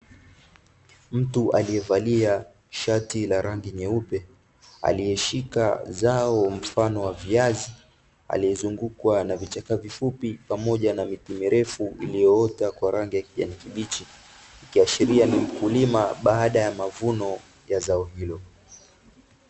Mtu aliyevalia shati la rangi nyeupe aliyeshika zao mfano wa viazi, aliyezungukwa na vichaka vifupi pamoja na miti mirefu iliyo ota kwa rangi ya kijani kibichi. Likiashiria ni mkulima baada ya mavuno ya zao hilo.